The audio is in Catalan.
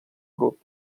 grup